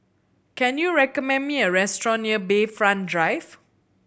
can you recommend me a restaurant near Bayfront Drive